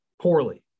poorly